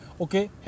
Okay